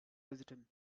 wisdom